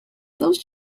those